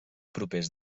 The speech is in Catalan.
propers